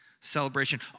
celebration